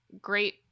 great